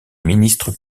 ministre